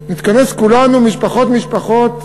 נתכנס כולנו, משפחות-משפחות,